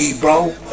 bro